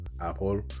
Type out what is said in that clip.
Apple